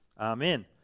Amen